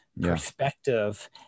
perspective